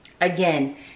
again